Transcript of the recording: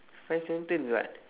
five sentence [what]